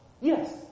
Yes